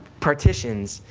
partitions,